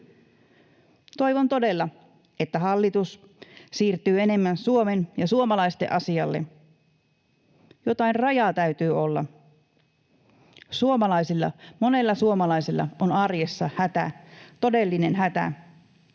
Toivon todella, että hallitus siirtyy enemmän Suomen ja suomalaisten asialle. Jotain rajaa täytyy olla. Monilla suomalaisilla on arjessa hätä, todellinen hätä.